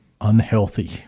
unhealthy